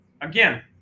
again